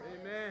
Amen